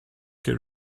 get